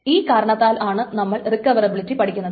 ഈ ഒരു കാരണത്താലാണ് നമ്മൾ റിക്കവറബിളിറ്റി പഠിക്കുന്നത്